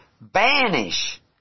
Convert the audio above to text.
banish